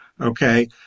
Okay